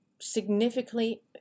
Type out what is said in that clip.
significantly